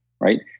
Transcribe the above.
right